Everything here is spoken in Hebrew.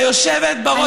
היושבת בראש,